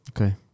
okay